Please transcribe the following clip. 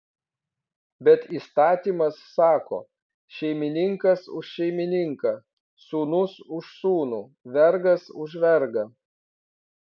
bet įstatymas sako šeimininkas už šeimininką sūnus už sūnų vergas už vergą